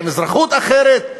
עם אזרחות אחרת.